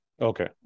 Okay